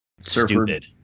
stupid